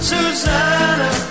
Susanna